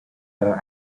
era